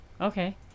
Okay